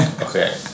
Okay